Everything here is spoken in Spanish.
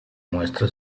muestra